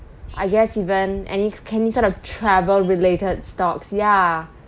I guess even any any sort of travel related stocks ya